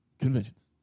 conventions